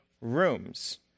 rooms